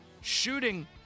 shooting